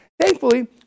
Thankfully